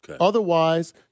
Otherwise